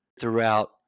throughout